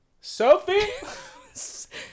Sophie